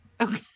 Okay